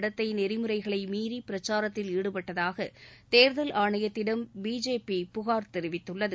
நடத்தை நெறிமுறைகளை மீறி பிரச்சாரத்தில் ஈடுபட்டதாக தேர்தல் ஆணையத்திடம் பிஜேபி புகார் தெரிவித்துள்ளது